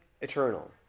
eternal